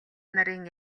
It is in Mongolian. нарын